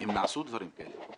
אם נעשו דברים כאלה.